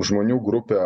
žmonių grupę